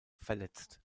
verletzt